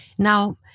Now